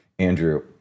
Andrew